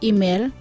Email